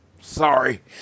sorry